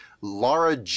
Laura